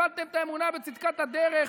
איבדתם את האמונה בצדקת הדרך.